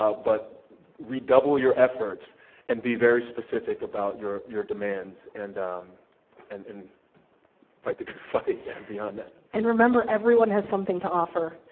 ah but redouble your efforts and be very specific about your your demands and um and fight the good fight and beyond that. and remember, everyone has something to offer.